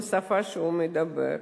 בשפה שהוא מדבר.